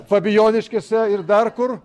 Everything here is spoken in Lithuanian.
fabijoniškėse ir dar kur